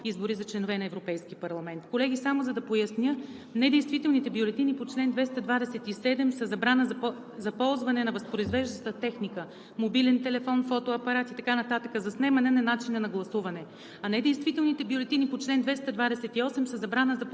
избори за членове на Европейски парламент. Колеги, само за да поясня: недействителните бюлетини по чл. 227 са забрана за ползване на възпроизвеждаща техника – мобилен телефон, фотоапарат и така нататък, за снемане на начина на гласуване, а недействителните бюлетини по чл. 228 са забрана за